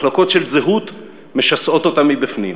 מחלוקות של זהות משסעות אותה מבפנים,